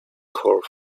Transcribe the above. core